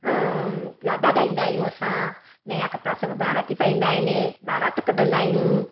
लाॾो गाईंदा आहियूं असां नया कपिड़ा सभु बाराती पाईंदा आहिनि बारात कढंदा आहियूं